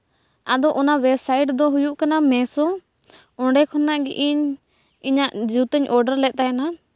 ᱟᱫᱚ ᱚᱱᱟ ᱚᱭᱮᱵᱽᱥᱟᱭᱤᱴ ᱫᱚ ᱦᱩᱭᱩᱜ ᱠᱟᱱᱟ ᱢᱮᱥᱳ ᱚᱸᱰᱮ ᱠᱷᱚᱱᱟᱜ ᱜᱮ ᱤᱧ ᱤᱧᱟᱹᱜ ᱡᱩᱛᱟᱹᱧ ᱚᱰᱟᱨ ᱞᱮᱫ ᱛᱟᱦᱮᱱᱟ